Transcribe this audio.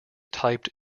typed